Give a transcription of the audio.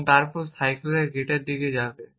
এবং তারপর সাইকেল করে গেটের দিকে যাবে